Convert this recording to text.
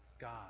God